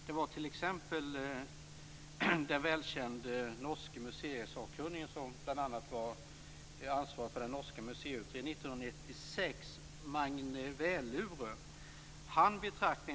Det var t.ex. den välkände norske museisakkunnige Magne Velure, som bl.a. var ansvarig för den norska museiutredningen 1996.